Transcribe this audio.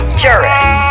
juris